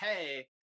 hey